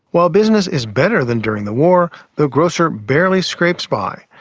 while business is better than during the war, the grocer barely scrapes by.